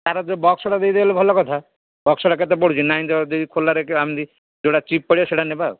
ତାର ଯେଉଁ ବକ୍ସଟା ଦେଇଦେଲେ ଭଲ କଥା ବକ୍ସଟା କେତେ ପଡ଼ୁଛି ନାଇଁ ଯଦି ଖୋଲାରେ ଏମିତି ଯେଉଁଟା ଚିପ୍ ପଡ଼ିବ ସେଇଟା ନେବା ଆଉ